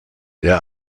der